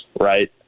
right